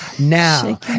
now